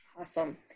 Awesome